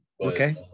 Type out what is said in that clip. Okay